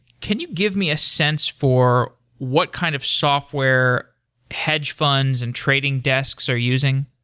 can you give me a sense for what kind of software hedge fund and trading desks are using?